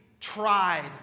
tried